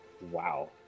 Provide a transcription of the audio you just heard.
Wow